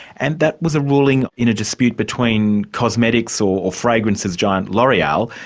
and that was a ruling in a dispute between cosmetics or fragrances giant, l'oreal,